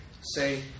say